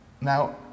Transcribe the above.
Now